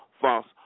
false